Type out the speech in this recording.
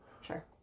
sure